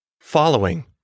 Following